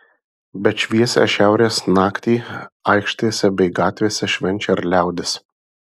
bet šviesią šiaurės naktį aikštėse bei gatvėse švenčia ir liaudis